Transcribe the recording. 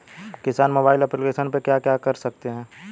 किसान mobile application पे क्या क्या कर सकते हैं?